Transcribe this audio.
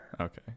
Okay